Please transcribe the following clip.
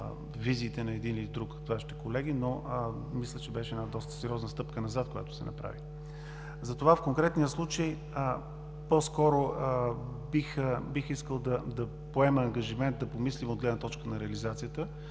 визиите на един или друг от Вашите колеги, но мисля, че беше една доста сериозна стъпка назад, която се направи. Затова в конкретния случай по-скоро бих искал да поема ангажимент да помислим от гледна точка на реализацията,